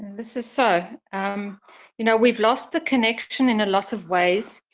this is so. um you know we've lost the connection in a lot of ways.